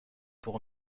pour